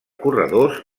corredors